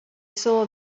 saw